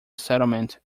settlement